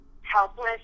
Helpless